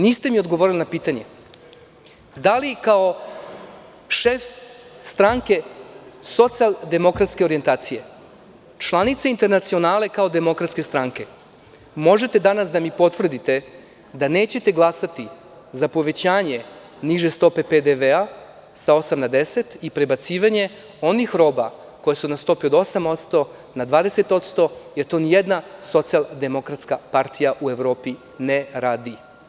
Niste mi odgovorili na pitanje, da li kao šef stranke socijaldemokratske orijentacije, članica internacionale kao demokratske stranke, možete danas da mi potvrdite da nećete glasati za povećanje niže stope PDV sa 8% na 10% i prebacivanje onih roba koje su na stopi od 8% na 20%, jer to nijedna SDP u Evropi ne radi.